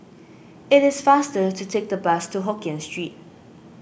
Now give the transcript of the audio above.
it is faster to take the bus to Hokkien Street